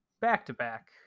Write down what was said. back-to-back